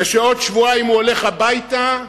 ובעוד שבועיים הוא הולך הביתה,